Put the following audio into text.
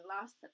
last